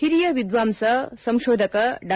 ಓರಿಯ ವಿದ್ವಾಂಸ ಸಂಶೋಧಕ ಡಾ